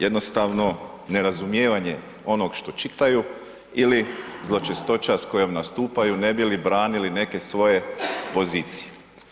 Jednostavno, nerazumijevanje onog što čitaju ili zločestoća s kojom nastupaju, ne bi li branili neke svoje pozicije.